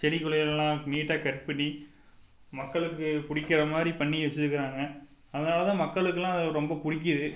செடி கொடிகள்லாம் நீட்டாக கட் பண்ணி மக்களுக்கு பிடிக்கிற மாதிரி பண்ணி வச்சுருக்குறாங்க அதனால் தான் மக்களுக்குலாம் அதை ரொம்ப பிடிக்குது